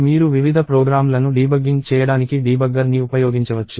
మీరు వివిధ ప్రోగ్రామ్లను డీబగ్గింగ్ చేయడానికి డీబగ్గర్ని ఉపయోగించవచ్చు